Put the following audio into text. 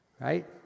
right